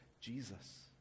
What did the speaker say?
Jesus